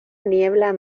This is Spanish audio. niebla